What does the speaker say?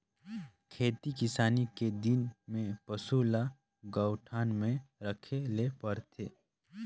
खेती किसानी के दिन में पसू ल गऊठान में राखे ले परथे